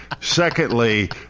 secondly